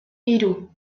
hiru